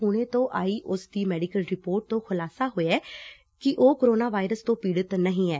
ਪੁਣੇ ਤੋਂ ਆਈ ਉਸ ਦੀ ਮੈਡੀਕਲ ਰਿਪੋਰਟ ਤੋਂ ਖੁਲਾਸਾ ਹੋਇਆ ਕਿ ਉਹੋ ਕੋਰੋਨਾ ਵਾਇਰਸ ਤੋਂ ਪੀੜਤ ਨਹੀਂ ਐ